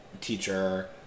teacher